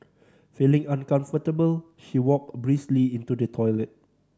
feeling uncomfortable she walked briskly into the toilet